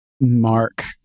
mark